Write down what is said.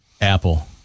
Apple